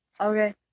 Okay